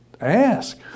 ask